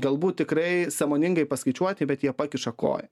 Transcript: galbūt tikrai sąmoningai paskaičiuoti bet jie pakiša koją